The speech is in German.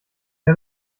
der